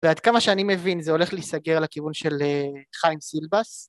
ועד כמה שאני מבין זה הולך להיסגר לכיוון של חיים סילבס